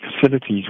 facilities